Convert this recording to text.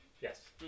Yes